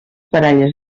baralles